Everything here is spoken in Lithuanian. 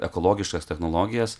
ekologiškas technologijas